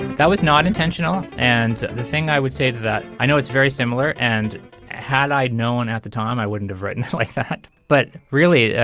that was not intentional and the thing i would say to that. i know it's very similar. and had i known at the time, i wouldn't have written like that. but really,